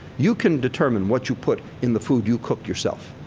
you can determine what you put in the food you cook yourself.